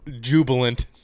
jubilant